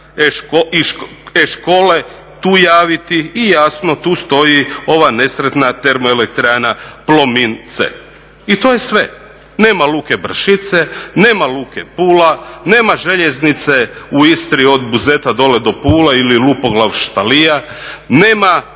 e-škole tu javiti i jasno tu stoji ova nesretna termoelektrana Plomin C. I to je sve. Nema luke Bršice, nema luke Pula, nema željeznice u Istri od Buzeta dole do Pule ili Lupoglav – Štalija, nema